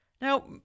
Now